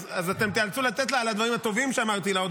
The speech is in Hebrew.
אז אתם תיאלצו לתת לה הודעה אישית על הדברים הטובים שאמרתי לה.